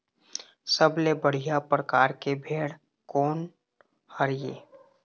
सबले बढ़िया परकार के भेड़ कोन हर ये?